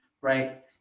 right